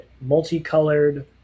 multicolored